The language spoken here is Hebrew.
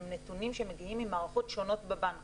אלה נתונים שמגיעים ממערכות שונות בבנק